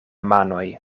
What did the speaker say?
manoj